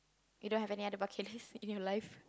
you don't have any other bucket list in your life